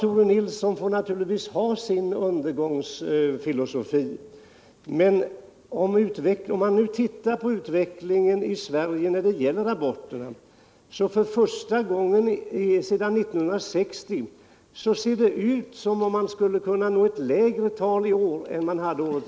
Tore Nilsson får naturligtvis ha sin undergångsfilosofi, men om vi ser på utvecklingen av aborter i Sverige, finner vi att det nu, för första gången sedan år 1960, ser ut som om vi skulle kunna nå ett lägre aborttal i år än föregående år.